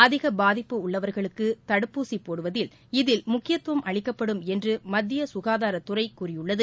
அதிக பாதிப்பு உள்ளவர்களுக்கு தடுப்பூசி போடுவதில் இதில் முக்கியத்துவம் அளிக்கப்படும் என்று மத்திய சுககாதாரத்துறை கூறியுள்ளது